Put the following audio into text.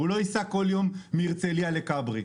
הוא לא ייסע כל יום מהרצלייה לכברי,